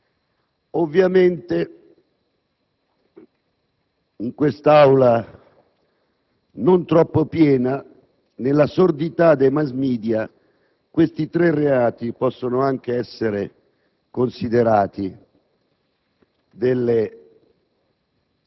Ovviamente, in quest'Aula non troppo piena, nella sordità dei *mass* *media,* tre reati possono anche essere considerati delle